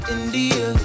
India